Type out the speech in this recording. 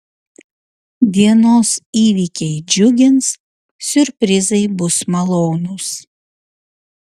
dienos įvykiai džiugins siurprizai bus malonūs